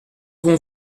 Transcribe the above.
vont